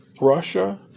Russia